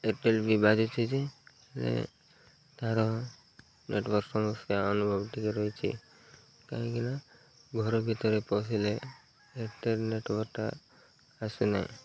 ଏୟାରଟେଲ୍ବି ବାଜୁଛି ଯେ ତାର ନେଟୱାର୍କ୍ ସମସ୍ୟା ଅନୁଭବ ଟିକେ ରହିଛିି କାହିଁକିନା ଘର ଭିତରେ ପସିଲେ ଏୟାରଟେଲ୍ ନେଟୱାର୍କଟା ଆସୁନାହିଁ